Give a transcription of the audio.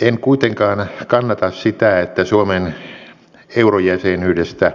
en kuitenkaan kannata sitä että suomen eurojäsenyydestä